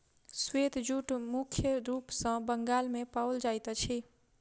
श्वेत जूट मुख्य रूप सॅ बंगाल मे पाओल जाइत अछि